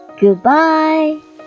Goodbye